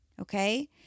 okay